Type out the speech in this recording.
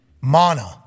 mana